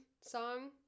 song